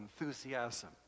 enthusiasm